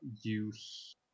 use